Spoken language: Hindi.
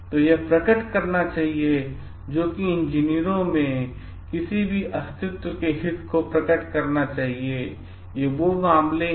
तो यह प्रकट करना चाहिए जो कि इंजीनियरों में किसी भी अस्तित्व के हित को प्रकट करना चाहिए वे उस मामले में है